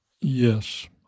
Yes